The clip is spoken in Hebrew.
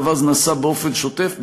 הדבר הזה נעשה באופן שוטף,